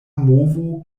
movo